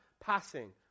passing